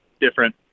different